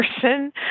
person